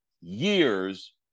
years